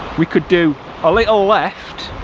we could do a little left.